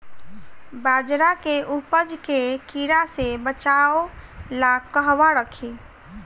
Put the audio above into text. बाजरा के उपज के कीड़ा से बचाव ला कहवा रखीं?